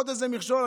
עוד איזה מכשול.